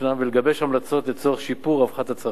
ולגבש המלצות לצורך שיפור רווחת הצרכן,